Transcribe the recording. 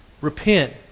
Repent